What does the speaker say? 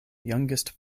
youngest